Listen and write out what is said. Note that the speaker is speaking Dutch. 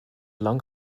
lang